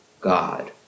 God